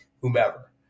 whomever